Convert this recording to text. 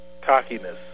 cockiness